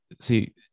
see